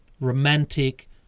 romantic